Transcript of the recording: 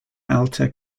alta